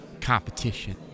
competition